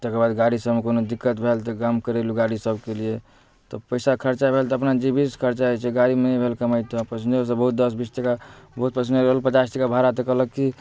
तेकर बाद गाड़ी सबमे कोनो दिक्कत भेल तऽ इंतजाम करेलहुँ गाड़ी सबके लिए तऽ पैसा खर्चा भेल तऽ अपना जेबिएसँ खर्चा होइ छै गाड़ीमे नहि भेल कमाइ तऽ पसिंजर बहुत दश बीस टका बहुत पसिंजर कहलहुँ पचास टका भाड़ा तऽ कहलक की